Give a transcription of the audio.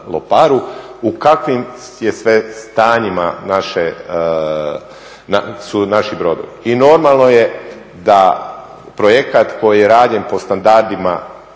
u kakvim je sve stanjima naše, su naši brodovi. I normalno je da projekat koji je rađen po standardima